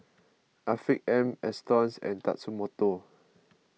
Afiq M Astons and Tatsumoto